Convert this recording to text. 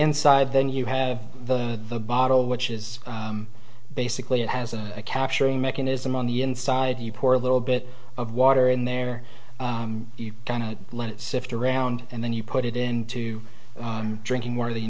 inside then you have the the bottle which is basically it has a capturing mechanism on the inside you poor little bit of water in there you can let it sit around and then you put it into drinking more